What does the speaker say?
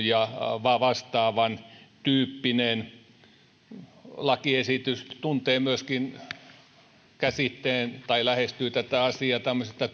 ja vastaavan tyyppinen lakiesitys tuntee myöskin käsitteen toiminnallinen opiskelu ja lähestyy tätä asiaa tämmöisestä